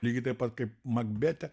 lygiai taip pat kaip makbete